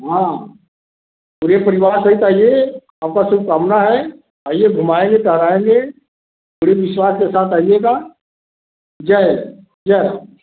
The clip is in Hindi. हाँ पूरे परिवार सहित आइये आपका शुभकामना है आइए घुमाएँगे कराएँगे पूरे विश्वास के साथ आइएगा जय जय राम जी की